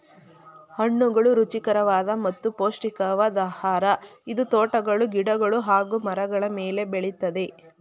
ಹಣ್ಣುಗಳು ರುಚಿಕರವಾದ ಮತ್ತು ಪೌಷ್ಟಿಕವಾದ್ ಆಹಾರ ಇದು ತೋಟಗಳು ಗಿಡಗಳು ಹಾಗೂ ಮರಗಳ ಮೇಲೆ ಬೆಳಿತದೆ